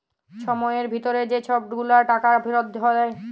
ছময়ের ভিতরে যে ছব গুলা টাকা ফিরত দেয়